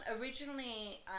originally